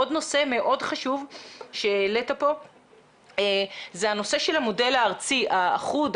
עוד נושא מאוד חשוב שהעלית פה זה הנושא של המודל הארצי האחוד,